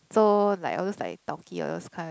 so like all those like tau kee all those kind